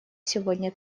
сегодня